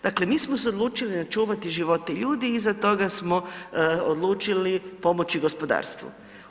Dakle, mi smo se odlučili čuvati živote ljudi, iza toga smo odlučili pomoći gospodarstvu.